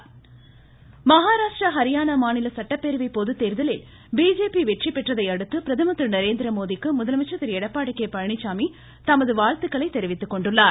முதலமைச்சர் வாழ்த்து மகாராஷ்ட்ரா ஹரியானா மாநில சட்டப்பேரவை பொதுத்தேர்தலில் பிஜேபி வெற்றி பெற்றதையடுத்து பிரதமர் திரு நரேந்திரமோடிக்கு முதலமைச்சர் திரு எடப்பாடி கே பழனிச்சாமி தமது நல்வாழ்த்துக்களை தெரிவித்துக்கொண்டுள்ளார்